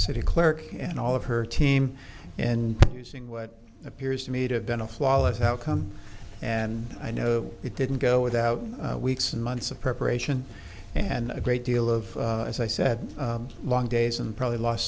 city clerk and all of her team and using what appears to me to have been a flawless outcome and i know it didn't go without weeks and months of preparation and a great deal of as i said long days and probably lost